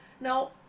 Now